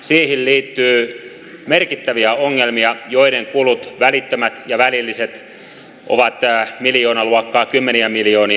siihen liittyy merkittäviä ongelmia joiden kulut välittömät ja välilliset ovat miljoonaluokkaa kymmeniä miljoonia